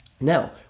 now